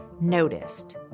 noticed